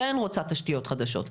כן רוצה תשתיות חדשות,